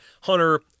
Hunter